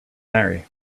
marry